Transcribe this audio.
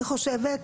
אני חושבת,